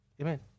Amen